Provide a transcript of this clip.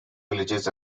villages